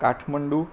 Kathmandu